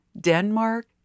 Denmark